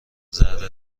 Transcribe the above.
ذره